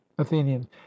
athenian